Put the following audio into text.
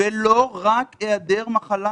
ולא רק היעדר מחלה,